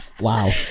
Wow